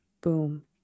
Boom